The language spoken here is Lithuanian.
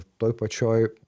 toj pačioj